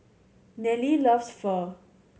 Nelly loves Pho